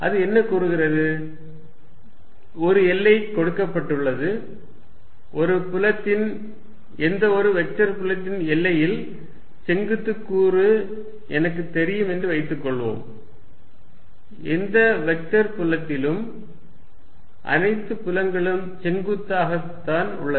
அது என்ன கூறுகிறது ஒரு எல்லை கொடுக்கப்பட்டுள்ளது ஒரு புலத்தின் எந்த ஒரு வெக்டர் புலத்தின் எல்லையில் செங்குத்து கூறு எனக்குத் தெரியும் என்று வைத்துக்கொள்வோம் எந்த வெக்டர் புலத்திலும் அனைத்து புலங்களும் செங்குத்தாக உள்ளன